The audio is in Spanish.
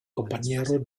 compañero